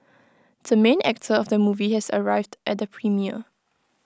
the main actor of the movie has arrived at the premiere